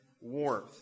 warmth